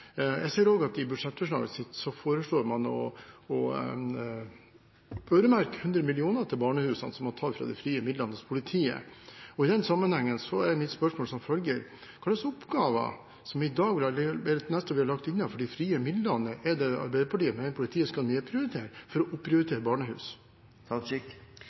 Jeg ser også at man i budsjettforslaget sitt foreslår å øremerke 100 mill. kr til barnehusene, som man tar fra de frie midlene til politiet. I den sammenheng er mitt spørsmål som følger: Hva slags oppgaver, som i dag for det meste blir lagt innenfor de frie midlene, er det Arbeiderpartiet mener politiet skal nedprioritere for å